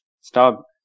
stop